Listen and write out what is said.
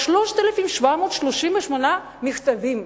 3,738 מכתבים,